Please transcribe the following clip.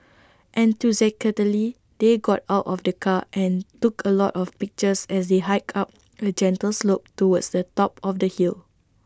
enthusiastically they got out of the car and took A lot of pictures as they hiked up A gentle slope towards the top of the hill